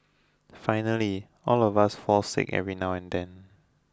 finally all of us fall sick every now and then